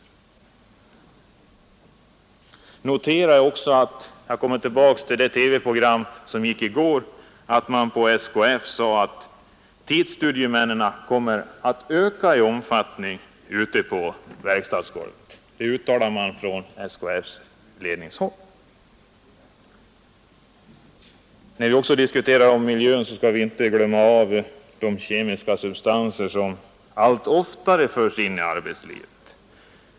Att notera är också — jag kommer tillbaka till det TV-program som gick i går — att man på SKF sade att tidstudiemännen kommer att öka i antal ute på verkstadsgolvet. Det uttalades alltså från SKF:s ledning. När vi diskuterar miljön skall vi inte heller glömma de kemiska substanser som allt oftare förs in i arbetslivet.